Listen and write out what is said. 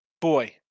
boy